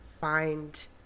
find